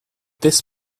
this